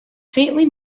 faintly